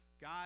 God